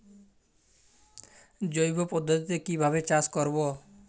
জৈব পদ্ধতিতে কিভাবে চাষ করব?